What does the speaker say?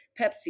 Pepsi